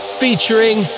featuring